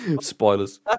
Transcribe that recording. Spoilers